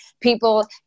people